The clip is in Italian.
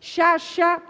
Sciascia